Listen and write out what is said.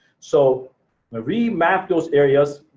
so where we mapped those areas,